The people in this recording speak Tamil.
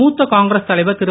மூத்த காங்கிரஸ் தலைவர் திரு